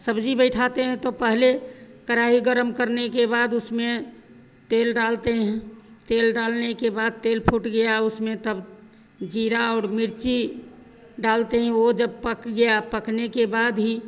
सब्ज़ी बैठाते हैं तो पहले कड़ाही गरम करने के बाद उसमें तेल डालते हैं तेल डालने के बाद तेल फूट गया उसमें तब जीरा और मिर्ची डालते हैं वह जब पक गया पकने के बाद ही